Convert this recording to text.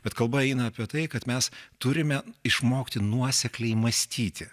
bet kalba eina apie tai kad mes turime išmokti nuosekliai mąstyti